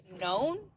known